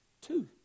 Two